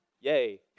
Yay